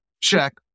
check